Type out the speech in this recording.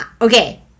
Okay